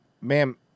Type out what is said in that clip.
ma'am